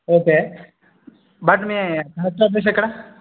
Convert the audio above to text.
okay but మీ H office ఎక్కడ